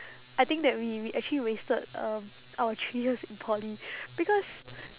I think that we we actually wasted um our three years in poly because